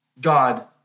God